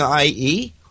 IE